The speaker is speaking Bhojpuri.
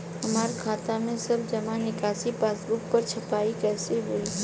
हमार खाता के सब जमा निकासी पासबुक पर छपाई कैसे होई?